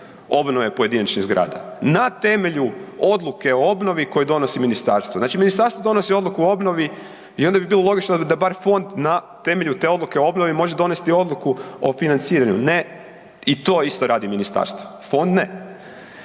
obnove pojedinačnih zgrada na temelju odluke o obnovi koju donosi ministarstvo. Znači ministarstvo donosi odluku o obnovi i onda bi bilo logično da bar fond na temelju te odluke o obnovi može donesti odluku o financiranju. Ne, i to isto radi ministarstvo, fond ne.